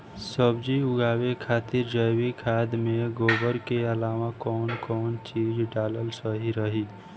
सब्जी उगावे खातिर जैविक खाद मे गोबर के अलाव कौन कौन चीज़ डालल सही रही?